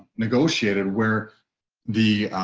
negotiated where the,